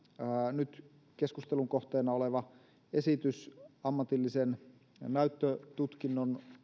nyt keskustelun kohteena oleva esitys ammatillisen näyttötutkinnon